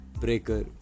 Breaker